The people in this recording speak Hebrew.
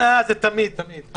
אה, זה תמיד, תמיד.